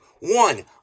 One